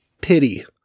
pity